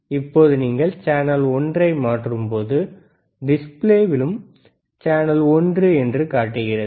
இப்போது நீங்கள் சேனல் ஒன்றை மாற்றும்போது டிஸ்ப்ளேவிழும் சேனல் ஒன்று என்று காட்டுகிறது